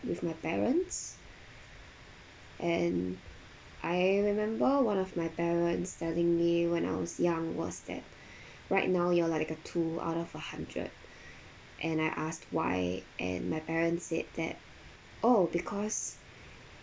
with my parents and I remember one of my parents telling me when I was young was that right now you're like a two out of a hundred and I asked why and my parents said that oh because